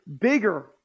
bigger